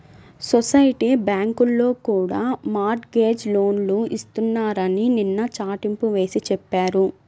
society బ్యాంకుల్లో కూడా mortgage లోన్లు ఇస్తున్నారని నిన్న చాటింపు వేసి చెప్పారు